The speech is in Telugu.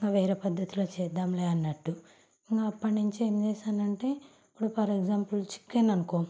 ఇంకా వేరే పద్ధతిలో చేద్దాంలే అన్నట్టు ఇంకా అప్పటి నుంచి ఏం చేసానంటే ఇప్పుడు ఫర్ ఎగ్జాంపుల్ చికెన్ అనుకో